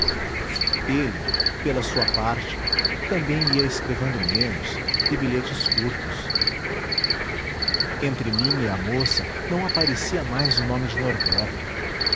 ele pela sua parte também ia escrevendo menos e bilhetes curtos entre mim e a moça não aparecia mais o nome de norberto